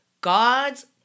God's